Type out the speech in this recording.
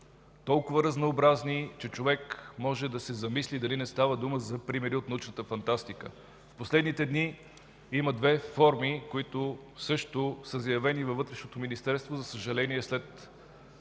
Толкова разнообразни, че човек може да се замисли дали не става дума за примери от научната фантастика. В последните дни има две форми, които също са заявени във Вътрешното министерство, за съжаление, след